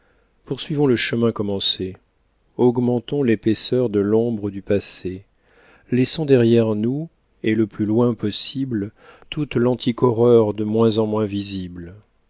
poursuivons le chemin commencé augmentons l'épaisseur de l'ombre du passé laissons derrière nous et le plus loin possible toute l'antique horreur de moins en moins visible